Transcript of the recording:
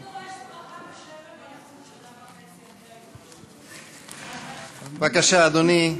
ברכה בשם ובמלכות, בבקשה, אדוני.